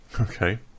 Okay